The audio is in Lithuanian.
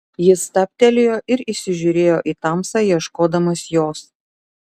jis stabtelėjo ir įsižiūrėjo į tamsą ieškodamas jos